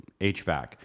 HVAC